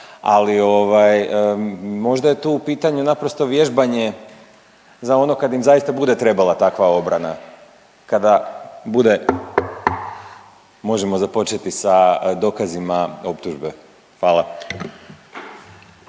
ali možda je tu u pitanju naprosto vježbanje za ono kada im zaista bude trebala takva obrana kada bude možemo započeti sa dokazima optužbe? Hvala.